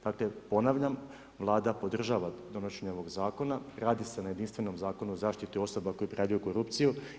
Dakle, ponavljam, Vlada podržava donošenje ovog zakona, radi se o na jedinstvenom zakonu o zaštiti osoba koji prijavljuju korupciju.